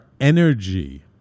energy